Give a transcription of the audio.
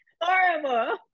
Horrible